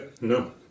No